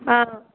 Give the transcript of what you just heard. ஆ